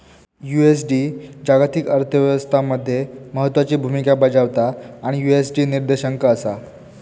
USD जागतिक अर्थ व्यवस्था मध्ये महत्त्वाची भूमिका बजावता आणि यु.एस.डी निर्देशांक असा